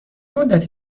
مدتی